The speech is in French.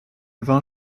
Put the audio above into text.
vint